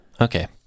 Okay